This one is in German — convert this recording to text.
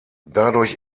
dadurch